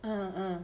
uh uh